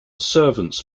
servants